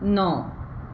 ਨੌਂ